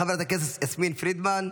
חברת הכנסת יסמין פרידמן,